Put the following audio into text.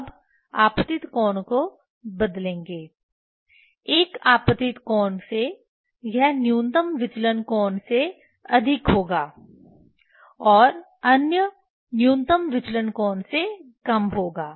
अब आपतित कोण को बदलेंगे एक आपतित कोण से यह न्यूनतम विचलन कोण से अधिक होगा और अन्य न्यूनतम विचलन कोण से कम होगा